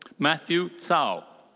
matthew cao.